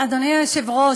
אדוני היושב-ראש,